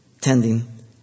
tending